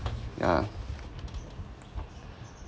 yeah